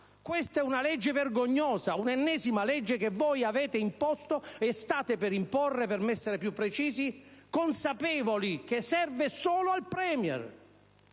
Questa è una legge vergognosa, l'ennesima legge che avete imposto, anzi state per imporre - per essere più precisi - consapevoli che serve solo al *Premier*!